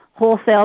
wholesale